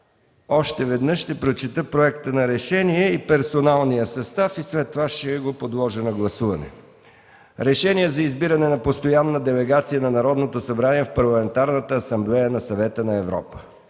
още веднъж ще прочета Проекта за решение и персоналния състав и след това ще го подложа на гласуване. „РЕШЕНИЕ за избиране на постоянна делегация на Народното събрание в Парламентарната асамблея на Съвета на Европа